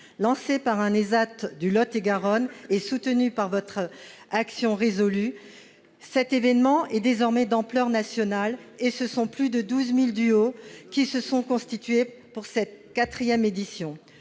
Lancé par un ESAT du Lot-et-Garonne et soutenu par votre action résolue, cet événement a pris désormais une ampleur nationale. Plus de 12 000 duos se sont ainsi constitués pour cette quatrième édition.